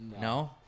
No